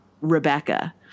Rebecca